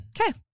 Okay